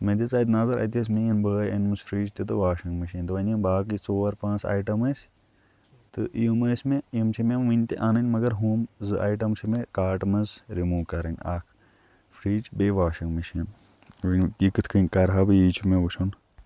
مےٚ دِژ اَتہِ نظر اَتہِ ٲسۍ میٛٲنۍ بٲے أنۍمٕژ فرٛج تہِ تہٕ واشِنٛگ مِشیٖن تہٕ وۄنۍ یِم باقٕے ژور پانٛژھ اَیٹم ٲسۍ تہٕ یِم ٲسۍ مےٚ یِم چھِ مےٚ وٕنہِ تہِ اَنٕنۍ مگر ہُم زٕ آیٹم چھِ مےٚ کاٹ منٛز رِموٗ کَرٕنۍ اَکھ فرٛج بیٚیہِ واشِنٛگ مِشیٖن وَنہِ یہِ کِتھ کنۍ کَررٕ ہا بہٕ یی چھُ مےٚ وٕچھُن